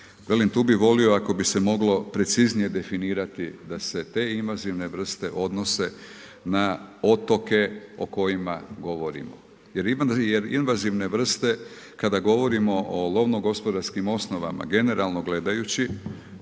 Velim tu bi volio ako bi se moglo preciznije definirati, da se te invazivne vrste odnose na otoke o kojima govorimo. Jer invazivne vrste, kada govorimo o lovno gospodarskim osnovama, generalno gledajući,